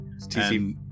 TC